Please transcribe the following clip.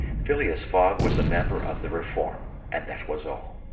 phileas fogg was a member of the reform, and that was all.